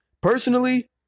personally